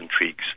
intrigues